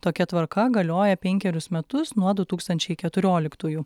tokia tvarka galioja penkerius metus nuo du tūkstančiai keturioliktųjų